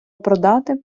продати